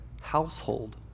household